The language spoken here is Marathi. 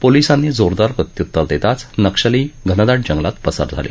पोलिसांनी जोरदार प्रत्युत्तर देताच नक्षली घनदाट जंगलात पसार झाले